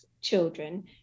children